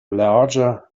larger